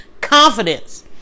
confidence